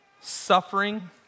suffering